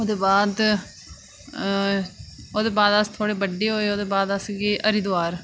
ओह्दे बाद ओह्दे बाद अस थोह्ड़े बड्डे होए ओह्दे बाद अस गे हरिद्वार